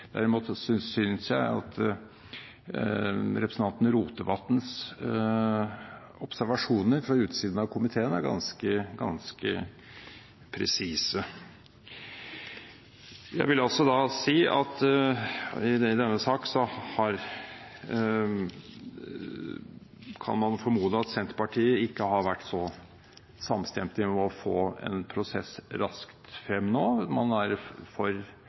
synes jeg at representanten Rotevatns observasjoner fra utsiden av komiteen er ganske presise. Jeg vil altså da si at i denne sak kan man formode at Senterpartiet ikke har vært så samstemte i å få en prosess raskt frem nå. Man ønsker å gi et inntrykk av at man er for